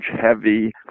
heavy